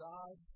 God